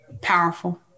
powerful